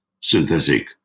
synthetic